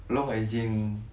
long as in